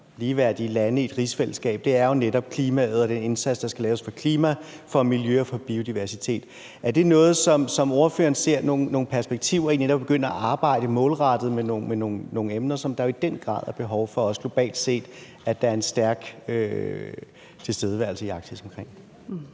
ligeværdige lande i et rigsfællesskab – er jo netop klimaet og den indsats, der skal laves for klima, miljø og biodiversitet. Er det noget, som ordføreren ser nogle perspektiver i, altså netop at begynde målrettet med nogle emner, som der jo i den grad er behov for også globalt set der er en stærk tilstedeværelse i Arktis af?